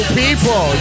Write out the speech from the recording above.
people